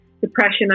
depression